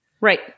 Right